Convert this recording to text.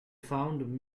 found